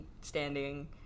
standing